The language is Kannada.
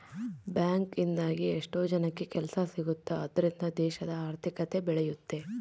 ಬ್ಯಾಂಕ್ ಇಂದಾಗಿ ಎಷ್ಟೋ ಜನಕ್ಕೆ ಕೆಲ್ಸ ಸಿಗುತ್ತ್ ಅದ್ರಿಂದ ದೇಶದ ಆರ್ಥಿಕತೆ ಬೆಳಿಯುತ್ತೆ